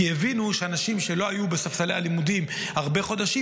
כי הבינו שאנשים שלא היו בספסלי הלימודים הרבה חודשים,